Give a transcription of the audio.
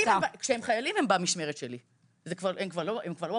כשהם חיילים הם במשמרת שלי, הם כבר לא פנימיות.